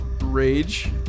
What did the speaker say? rage